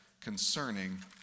concerning